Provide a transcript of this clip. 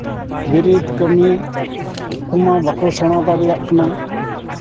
ᱵᱤᱨᱤᱫ ᱠᱟᱹᱢᱤ ᱠᱚᱢᱟ ᱵᱟᱝᱠᱚ ᱥᱮᱬᱟ ᱫᱟᱲᱮᱭᱟᱜ ᱠᱟᱱᱟ